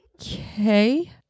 okay